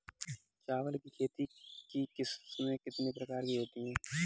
चावल की खेती की किस्में कितने प्रकार की होती हैं?